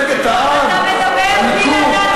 הרי האנשים האלה אמרו, מירי, את יודעת,